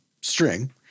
string